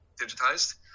digitized